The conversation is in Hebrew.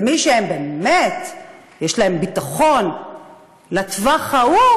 ומי שבאמת יש לו ביטחון לטווח ההוא,